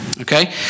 Okay